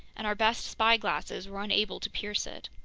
and our best spyglasses were unable to pierce it.